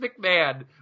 McMahon